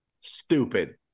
Stupid